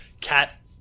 Cat